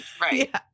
Right